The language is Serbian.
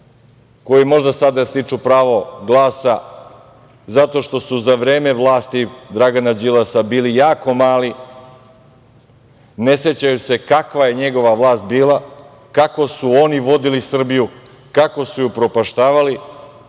koji možda sada stiču pravo glasa, zato što su za vreme vlasti Dragana Đilasa bili jako mali, ne sećaju se kakva je njegova vlast bila, kako su oni vodili Srbiju, kako su je upropaštavali